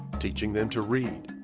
teaching them to read.